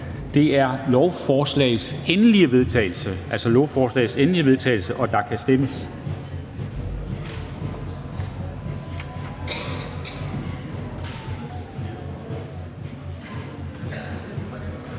om, er lovforslagets endelige vedtagelse, og der kan stemmes.